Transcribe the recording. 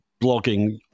blogging